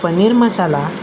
paneer masala